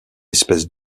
espèce